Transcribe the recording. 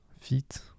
feet